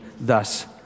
thus